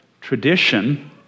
tradition